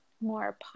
more